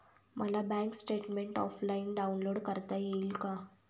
मला bank statement offline download करता येईल का?